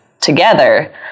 together